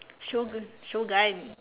Shogun Shogun